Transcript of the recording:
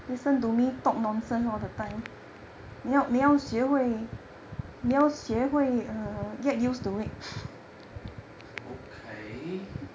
okay